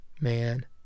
man